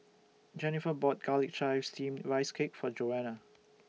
Jenifer bought Garlic Chives Steamed Rice Cake For Joana